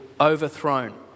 overthrown